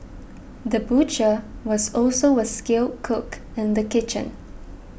the butcher was also a skilled cook in the kitchen